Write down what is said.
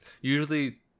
usually